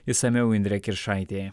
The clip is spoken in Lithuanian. išsamiau indrė kiršaitė